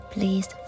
Please